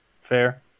Fair